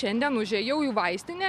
šiandien užėjau į vaistinę